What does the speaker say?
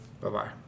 Bye-bye